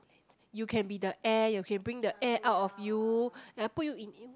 you can be the air you can bring the air out of you I put you in in